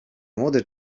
młody